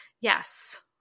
Yes